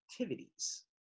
activities